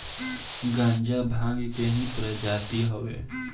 गांजा भांग के ही प्रजाति हवे